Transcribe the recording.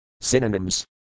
Synonyms